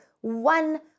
one